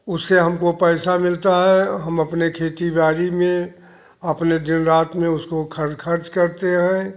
उसे हमको पैदा मिलता है हम अपने खेती बाड़ी में अपने दिन रात में उसको खर खर्च करते हैं